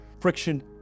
Friction